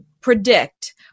predict